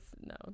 no